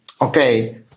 okay